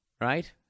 right